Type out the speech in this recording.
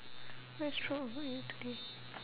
what is true about you today